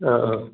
ആ ആ